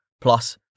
plus